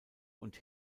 und